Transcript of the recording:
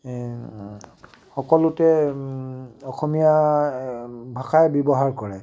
সকলোতে অসমীয়া ভাষাই ব্যৱহাৰ কৰে